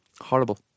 Horrible